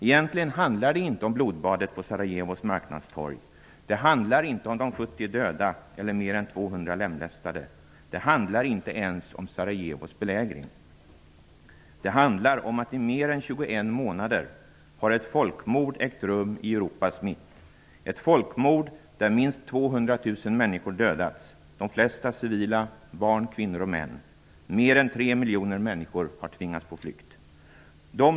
Egentligen handlar det inte om blodbadet på Sarajevos marknadstorg. Det handlar inte om de 70 dödade eller mer än 200 lemlästade. Det handlar inte ens om Sarajevos belägring. Det handlar om att i mer än 21 månader har ett folkmord ägt rum i Europas mitt. Ett folkmord där minst 200 000 människor dödats. De flesta civila -- barn, kvinnor och män. Mer än 3 miljoner människor har tvingats på flykt.